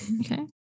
Okay